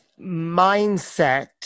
mindset